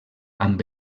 amb